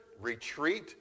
retreat